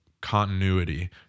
continuity